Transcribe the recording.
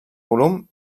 volum